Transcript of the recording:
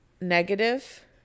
negative